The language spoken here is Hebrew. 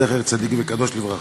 זכר צדיק וקדוש לברכה.